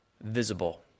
visible